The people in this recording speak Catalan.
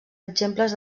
exemples